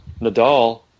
Nadal